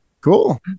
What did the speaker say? Cool